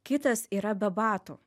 kitas yra be batų